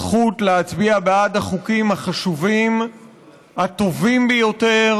זכות להצביע בעד החוקים החשובים והטובים ביותר